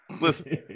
Listen